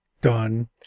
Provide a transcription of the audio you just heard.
done